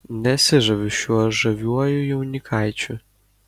nesižaviu šiuo žaviuoju jaunikaičiu